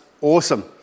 awesome